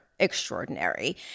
extraordinary